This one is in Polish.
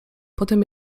potem